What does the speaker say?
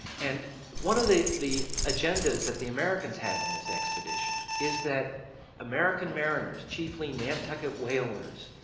and one of the the agendas that the americans had in this expedition is that american mariners, chiefly nantucket whalers,